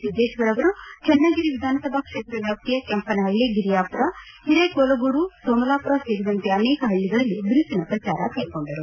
ಸಿದ್ದೇಶ್ವರ್ ಅವರು ಚನ್ನಗಿರಿ ವಿಧಾನಸಭಾ ಕ್ಷೇತ್ರ ವ್ಯಾಪ್ತಿಯ ಕೆಂಪನಪಳ್ಳಿ ಗಿರಿಯಾಮರ ಹಿರೇಕೋಗಲೂರು ಸೋಮಲಾಮರ ಸೇರಿದಂತೆ ಅನೇಕ ಪಳ್ಳಿಗಳಲ್ಲಿ ಬಿರುಸಿನ ಪ್ರಜಾರ ಕ್ಲೆಗೊಂಡರು